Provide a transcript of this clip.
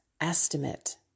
estimate